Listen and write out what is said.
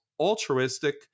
altruistic